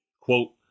Quote